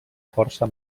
força